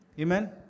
Amen